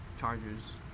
Chargers